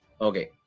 okay